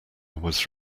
was